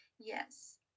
yes